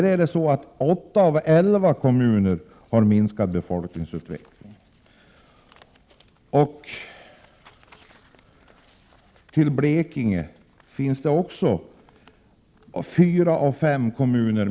I Örebro län har 8 av 11 kommuner fått vidkännas en minskning i befolkningsutvecklingen. I Blekinge har befolkningen minskat i 4 av 5 kommuner.